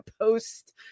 post